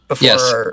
Yes